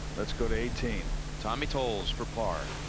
let's go to eighteen tommy tolles for par